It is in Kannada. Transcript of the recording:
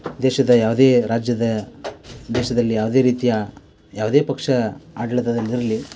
ದೇಶದ ಯಾವುದೇ ರಾಜ್ಯದ ದೇಶದಲ್ಲಿ ಯಾವುದೇ ರೀತಿಯ ಯಾವುದೇ ಪಕ್ಷ ಆಡಳಿತದಲ್ಲಿರಲಿ